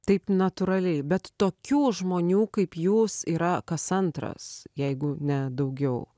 taip natūraliai bet tokių žmonių kaip jūs yra kas antras jeigu ne daugiau